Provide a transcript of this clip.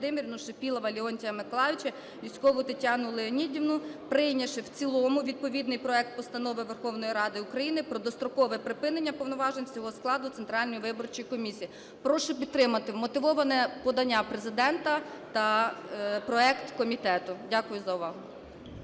Дякую за увагу.